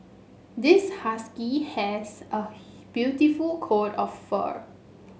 this husky has a beautiful coat of fur